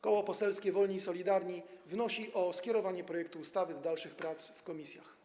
Koło Poselskie Wolni i Solidarni wnosi o skierowanie projektu ustawy do dalszych prac w komisjach.